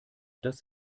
das